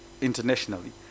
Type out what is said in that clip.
Internationally